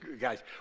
guys